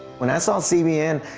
when i saw cbn,